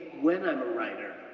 when i'm a writer,